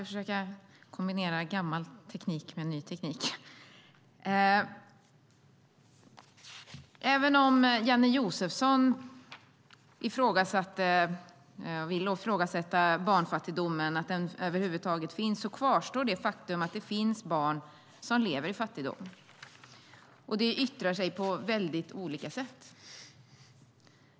Fru talman! Även om Janne Josefsson ville ifrågasätta barnfattigdomen, att den över huvud taget skulle finnas, kvarstår faktum att det finns barn som lever i fattigdom. Det yttrar sig på väldigt olika sätt.